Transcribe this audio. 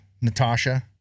Natasha